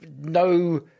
no